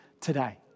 today